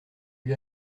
lui